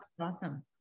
awesome